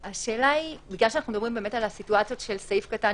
בגלל שאנחנו מדברים על הסיטואציות של סעיף קטן